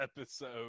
episode